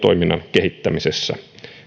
kehittämisessä